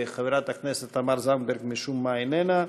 חברת הכנסת תמר זנדברג משום מה איננה.